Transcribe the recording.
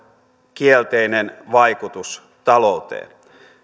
kielteinen vaikutus talouteen